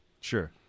Sure